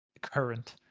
current